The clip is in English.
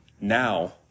now